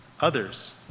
others